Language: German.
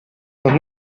noch